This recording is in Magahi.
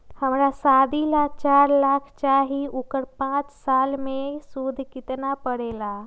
हमरा शादी ला चार लाख चाहि उकर पाँच साल मे सूद कितना परेला?